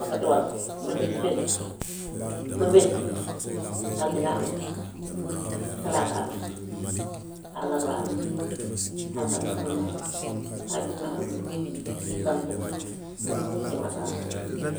Wax ko ci wolof bés yi bés yi pour bés yi altine am na, talaata am na, àllarba am na, alxames am na, àjjuma am na, samedi am na, dimaas am na.